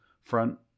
front